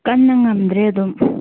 ꯀꯟꯅ ꯉꯝꯗ꯭ꯔꯦ ꯑꯗꯨꯝ